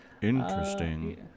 Interesting